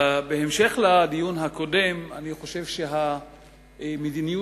בהמשך לדיון הקודם אני חושב שהמדיניות